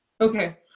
Okay